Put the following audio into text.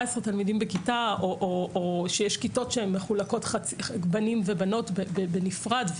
תלמידים בכיתה או שיש כיתות שהן מחולקות לבנים ובנות בנפרד,